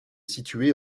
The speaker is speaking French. située